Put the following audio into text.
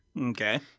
Okay